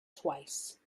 twice